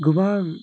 गोबां